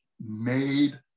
made